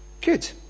Good